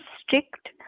strict